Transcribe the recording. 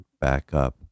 backup